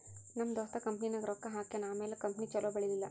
ನಮ್ ದೋಸ್ತ ಕಂಪನಿನಾಗ್ ರೊಕ್ಕಾ ಹಾಕ್ಯಾನ್ ಆಮ್ಯಾಲ ಕಂಪನಿ ಛಲೋ ಬೆಳೀಲಿಲ್ಲ